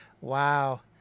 Wow